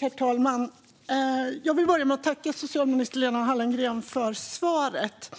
Herr talman! Jag vill börja med att tacka socialminister Lena Hallengren för svaret.